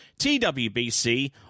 TWBC